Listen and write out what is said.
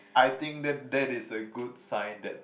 I think that that is a good sign that